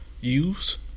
use